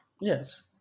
yes